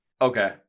okay